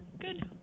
Good